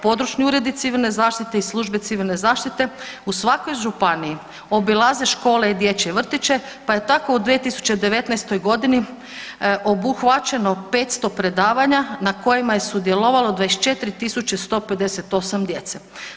Područni uredi civilne zaštite i službe civilne zaštite u svakoj županiji obilaze škole i dječje vrtiće pa je tako u 2019. godini obuhvaćeno 500 predavanja na kojima je sudjelovalo 24.158 djece.